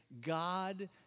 God